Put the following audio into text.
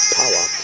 power